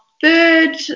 third –